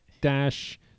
dash